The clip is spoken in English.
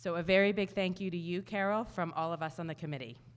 so a very big thank you to you carol from all of us on the committee